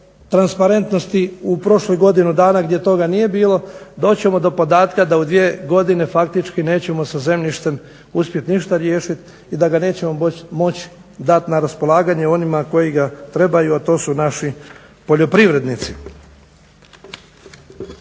u prošlih godinu dana gdje toga nije bilo, doći ćemo do podatka da u dvije godine faktički nećemo sa zemljištem uspjet ništa riješit i da ga nećemo moći dat na raspolaganje onima koji ga trebaju, a to su naši poljoprivrednici.